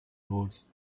horse